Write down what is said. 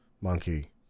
monkey